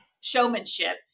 showmanship